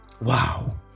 Wow